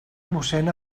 mossén